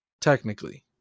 technically